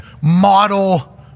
model